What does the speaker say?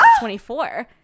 24